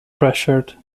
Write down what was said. pressured